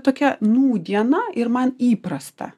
tokia nūdieną ir man įprasta